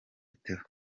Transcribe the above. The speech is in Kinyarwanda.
theo